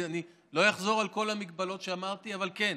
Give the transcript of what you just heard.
אני לא אחזור על כל המגבלות שאמרתי, אבל כן,